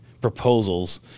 proposals